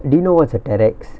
do you know what's a terrex